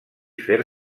fer